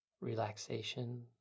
relaxation